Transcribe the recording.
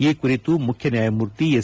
ಈ ಕುರಿತು ಮುಖ್ಯ ನ್ಯಾಯಮೂರ್ತಿ ಎಸ್